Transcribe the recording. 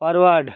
forward